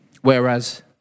Whereas